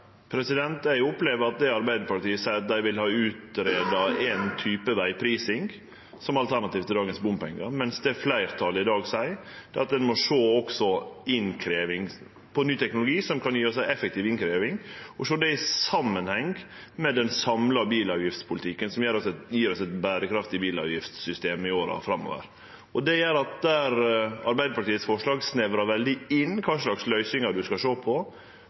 som alternativ til dagens bompengar, mens det fleirtalet i dag seier, er at ein også må sjå på ny teknologi som kan gje oss ei effektiv innkrevjing, og sjå det i samanheng med den samla bilavgiftspolitikken som gjev oss eit berekraftig bilavgiftsystem i åra framover. Det gjer at der Arbeidarpartiets forslag snevrar veldig inn kva slags løysingar ein skal sjå på,